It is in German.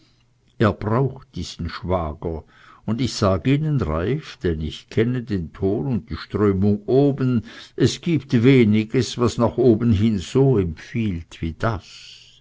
er braucht diesen schwager und ich sag ihnen reiff denn ich kenne den ton und die strömung oben es gibt weniges was nach oben hin so empfiehlt wie das